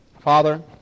Father